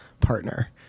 partner